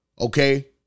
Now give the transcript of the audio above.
Okay